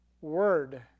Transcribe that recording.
word